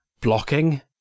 blocking